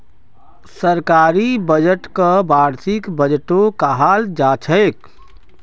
सरकारी बजटक वार्षिक बजटो कहाल जाछेक